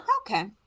okay